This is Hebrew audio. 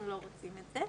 אנחנו לא רוצים את זה.